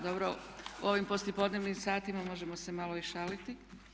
Dobro u ovim poslijepodnevnim satima možemo se malo i šaliti.